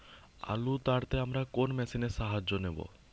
আলু তাড়তে আমরা কোন মেশিনের সাহায্য নেব?